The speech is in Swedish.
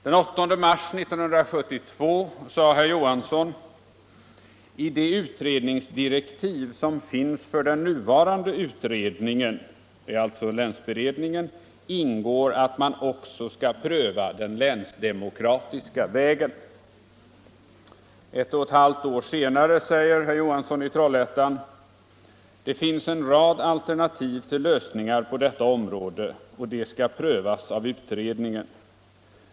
Den 8 mars 1972 sade herr Johansson: ”I de utredningsdirektiv som finns för den nuvarande utredningen” — det är alltså länsberedningen - ”ingår att man också skall pröva den länsdemokratiska vägen.” Ett och ett halvt år senare yttrade herr Johansson i Trollhättan: ”Det finns en rad alternativ till lösningar på detta område, och de skall prövas av utredningen.